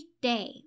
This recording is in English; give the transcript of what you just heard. day